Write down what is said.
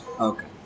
Okay